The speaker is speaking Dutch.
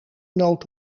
noot